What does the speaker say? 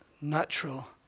natural